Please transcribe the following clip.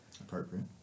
appropriate